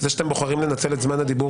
וזה שאתם בוחרים לנצל את זמן הדיבור